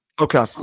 Okay